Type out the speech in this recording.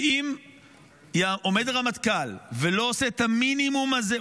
אם עומד הרמטכ"ל ולא עושה את המינימום הזה,